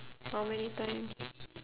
how many times